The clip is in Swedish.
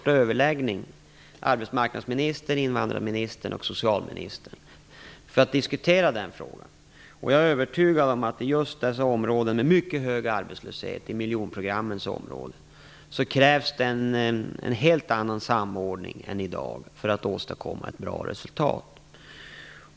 Arbetsmarknadsministern, invandrarministern och socialministern har haft en första överläggning för att diskutera den frågan. Jag är övertygad om att i just de områden med hög arbetslöshet, i miljonprogrammets områden, krävs det en helt annan samordning än i dag för att man skall kunna åstadkomma ett bra resultat.